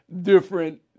different